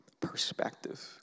Perspective